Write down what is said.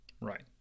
right